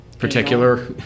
particular